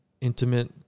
intimate